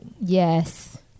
Yes